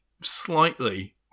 Slightly